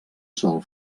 sol